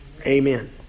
Amen